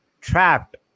trapped